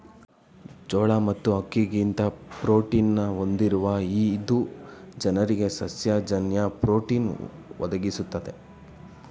ಜೋಳ ಮತ್ತು ಅಕ್ಕಿಗಿಂತ ಪ್ರೋಟೀನ ಹೊಂದಿರುವ ಇದು ಜನರಿಗೆ ಸಸ್ಯ ಜನ್ಯ ಪ್ರೋಟೀನ್ ಒದಗಿಸ್ತದೆ